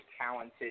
talented